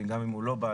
וגם אם לא הוא בא,